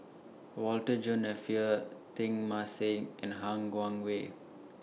Walter John Napier Teng Mah Seng and Han Guangwei